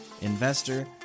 investor